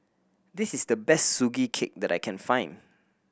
this is the best Sugee Cake that I can find